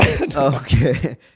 Okay